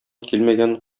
килмәгән